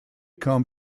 come